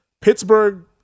Pittsburgh